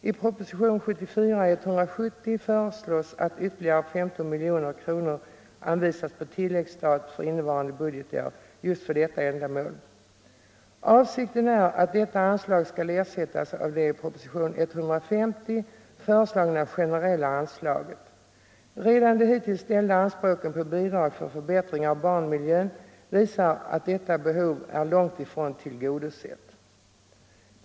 I propositionen 170 föreslås att ytterligare 15 miljoner kronor anvisas på tilläggsstat för innevarande budgetår just för detta ändamål. Avsikten är att detta anslag skall ersättas av det i propositionen 150 föreslagna generella anslaget. Redan de hittills ställda anspråken på bidrag för förbättring av barnmiljön visar att detta behov är långtifrån tillgodosett.